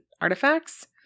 artifacts